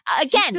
Again